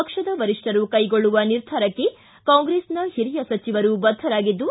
ಪಕ್ಷದ ವರಿಷ್ಠರು ಕೈಗೊಳ್ಳುವ ನಿರ್ಧಾರಕ್ಕೆ ಕಾಂಗ್ರೆಸ್ನ ಹಿರಿಯ ಸಚಿವರು ಬದ್ದರಾಗಿದ್ದು